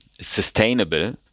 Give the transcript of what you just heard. sustainable